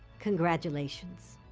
congratulations.